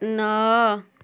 ନଅ